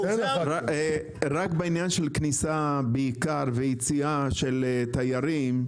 רק בעניין של כניסה בעיקר ויציאה של תיירים.